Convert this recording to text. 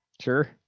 Sure